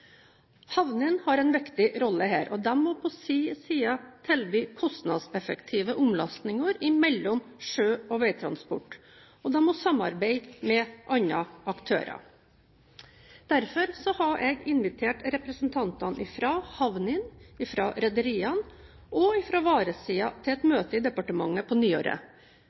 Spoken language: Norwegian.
har en viktig rolle her, og de må på sin side tilby kostnadseffektive omlastninger mellom sjø- og veitransport, og de må samarbeide med andre aktører. Derfor har jeg invitert representanter fra havnene, fra rederiene og fra varesiden til et møte i departementet på nyåret.